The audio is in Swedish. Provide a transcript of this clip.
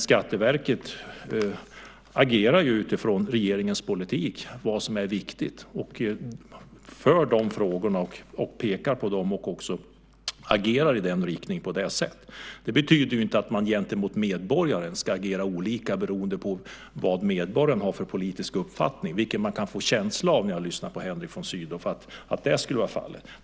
Skatteverket agerar utifrån regeringens politik och vad som är viktigt, driver de frågorna och pekar på dem och agerar i den riktningen. Men det betyder inte att man gentemot medborgaren ska agera olika beroende på vilken politisk uppfattning medborgaren har. Men när jag lyssnar på Henrik von Sydow kan jag få en känsla av att så skulle fallet.